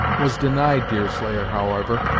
was denied deerslayer however,